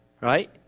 right